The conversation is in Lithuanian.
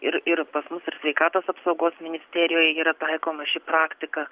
ir ir pas mus ir sveikatos apsaugos ministerijoj yra taikoma ši praktika